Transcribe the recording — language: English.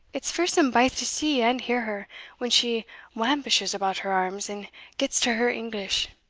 it's fearsome baith to see and hear her when she wampishes about her arms, and gets to her english,